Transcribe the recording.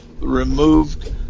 removed